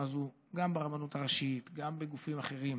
הזאת גם ברבנות הראשית וגם בגופים אחרים.